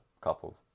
couple